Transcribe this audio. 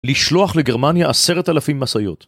לשלוח לגרמניה עשרת אלפים משאיות